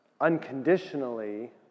unconditionally